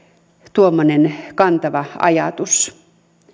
tuommoinen kantava ajatus